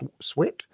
sweat